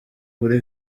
kuri